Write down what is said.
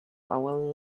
our